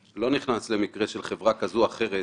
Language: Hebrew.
אני לא נכנס למקרה של חברה כזאת או אחרת,